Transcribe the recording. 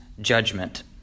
judgment